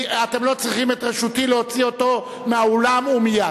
אתם לא צריכים את רשותי להוציא אותו מהאולם ומייד.